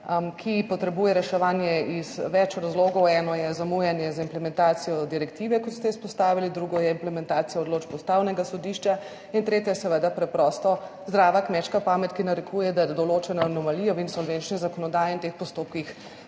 ki potrebuje reševanje iz več razlogov. Eno je zamujanje z implementacijo direktive, kot ste izpostavili, drugo je implementacija odločb Ustavnega sodišča in tretja je seveda preprosto zdrava kmečka pamet, ki narekuje, da določene anomalije v insolvenčni zakonodaji in teh postopkih